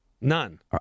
None